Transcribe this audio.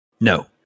No